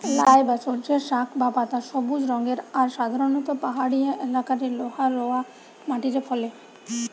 লাই বা সর্ষের শাক বা পাতা সবুজ রঙের আর সাধারণত পাহাড়িয়া এলাকারে লহা রওয়া মাটিরে ফলে